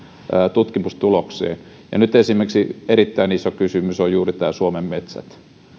tutkimustuloksiin nyt esimerkiksi erittäin iso kysymys on juuri suomen metsät